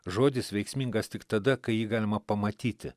žodis veiksmingas tik tada kai jį galima pamatyti